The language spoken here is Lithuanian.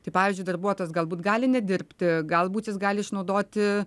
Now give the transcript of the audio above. tai pavyzdžiui darbuotojas galbūt gali nedirbti galbūt jis gali išnaudoti